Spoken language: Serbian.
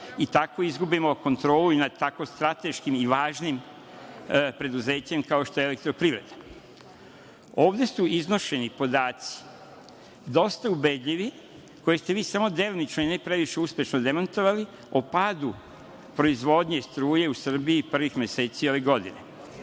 i tako izgubimo kontrolu i nad tako strateškim i važnim preduzećem kao što je EPS.Ovde su iznošeni dosta ubedljivi podaci, koje ste vi samo delimično i ne previše uspešno demantovali, o padu proizvodnje struje u Srbiji prvih meseci ove godine.